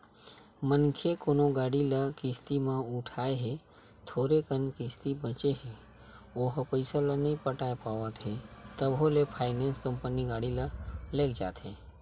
मनखे कोनो गाड़ी ल किस्ती म उठाय हे थोरे कन किस्ती बचें ओहा पइसा ल नइ पटा पावत हे तभो ले फायनेंस कंपनी गाड़ी ल लेग जाथे